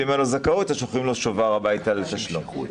ואם אין לו זכאות שולחים לו שובר לתשלום הביתה.